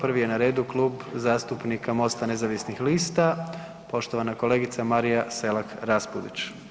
Prvi je na redu Klub zastupnika Mosta nezavisnih lista, poštovana kolegica Marija Selak Raspudić.